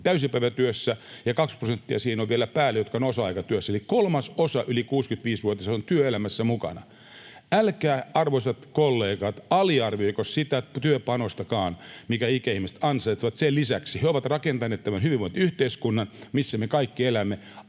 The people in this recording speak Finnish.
täysipäivätyössä, ja 20 prosenttia siihen päälle on vielä heitä, jotka ovat osa-aikatyössä. Eli kolmasosa yli 65-vuotiaista on työelämässä mukana. Älkää, arvoisat kollegat, aliarvioiko sitä työpanostakaan, minkä ikäihmiset ansaitsevat. Sen lisäksi he ovat rakentaneet tämän hyvinvointiyhteiskunnan, missä me kaikki elämme.